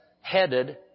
headed